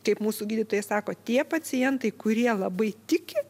kaip mūsų gydytojai sako tie pacientai kurie labai tiki